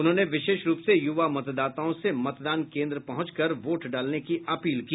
उन्होंने विशेष रूप से युवा मतदाताओं से मतदान केंद्र पहुंचकर वोट डालने की अपील की